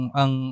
ang